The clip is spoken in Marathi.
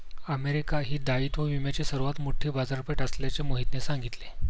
अमेरिका ही दायित्व विम्याची सर्वात मोठी बाजारपेठ असल्याचे मोहितने सांगितले